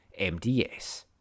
MDS